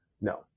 no